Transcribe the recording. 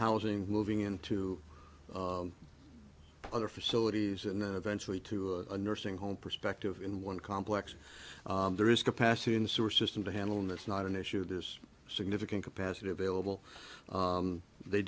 housing moving into other facilities and then eventually to a nursing home perspective in one complex there is capacity in the sewer system to handle and that's not an issue that is significant capacity available they